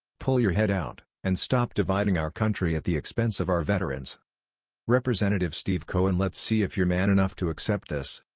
pull your head out, and stop dividing our country at the expense of our veterans rep. steve cohen lets see if you're man enough to accept this.